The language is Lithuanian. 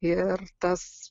ir tas